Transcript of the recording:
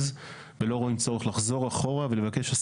לאשר את הבאת התוכנית לאישור בותמ"ל.